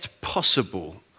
possible